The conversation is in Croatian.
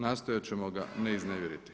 Nastojat ćemo ga ne iznevjeriti.